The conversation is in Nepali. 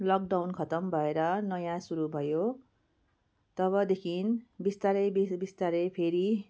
लकडाउन खत्तम भएर नयाँ सुरु भयो तबदेखि बिस्तारै बिस्तारै फेरि